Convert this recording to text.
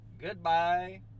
Goodbye